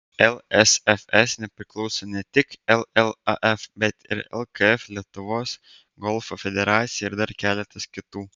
lsfs nepriklauso ne tik llaf bet ir lkf lietuvos golfo federacija ir dar keletas kitų